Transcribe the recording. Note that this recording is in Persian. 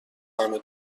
همه